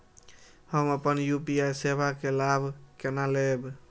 हम अपन यू.पी.आई सेवा के लाभ केना लैब?